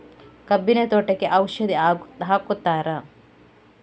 ಕಬ್ಬಿನ ತೋಟಕ್ಕೆ ಔಷಧಿ ಹಾಕುತ್ತಾರಾ?